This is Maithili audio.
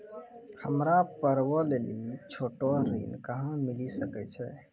हमरा पर्वो लेली छोटो ऋण कहां मिली सकै छै?